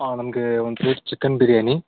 ಹಾಂ ನಮಗೆ one plate chicken biryani